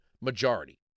majority